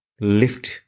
lift